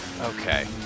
Okay